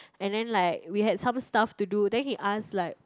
and then like we had some stuff to do then he ask like